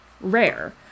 rare